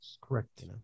Correct